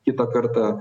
kitą kartą